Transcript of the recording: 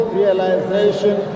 realization